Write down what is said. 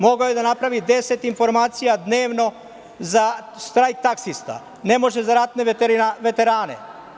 Mogao je da napravi 10 informacija dnevno za štrajk taksista, a ne može za ratne veterane.